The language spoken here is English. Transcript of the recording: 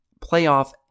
playoff